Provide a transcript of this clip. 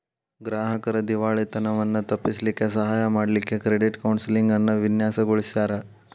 ಗ್ರಾಹಕ್ರ್ ದಿವಾಳಿತನವನ್ನ ತಪ್ಪಿಸ್ಲಿಕ್ಕೆ ಸಹಾಯ ಮಾಡ್ಲಿಕ್ಕೆ ಕ್ರೆಡಿಟ್ ಕೌನ್ಸೆಲಿಂಗ್ ಅನ್ನ ವಿನ್ಯಾಸಗೊಳಿಸ್ಯಾರ್